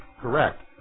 correct